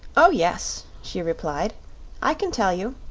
oh yes, she replied i can tell you.